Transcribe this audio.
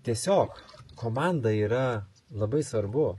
tiesiog komanda yra labai svarbu